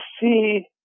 see